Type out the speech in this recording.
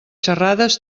xerrades